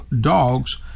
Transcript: dogs